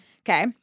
Okay